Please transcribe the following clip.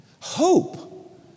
Hope